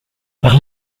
par